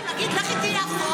זה כמו להגיד: לכי תהיי אחות,